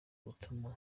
gutuma